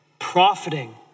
profiting